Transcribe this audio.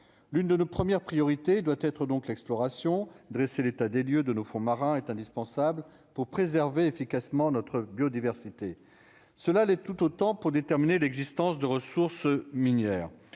l'une de nos premières priorités doit être donc l'exploration. Dresser l'état des lieux de nos fonds marins est indispensable pour préserver efficacement notre biodiversité, cela l'est tout autant pour déterminer l'existence de ressources minières,